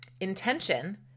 intention